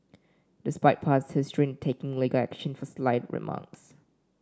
despite past history in taking legal action for slight remarks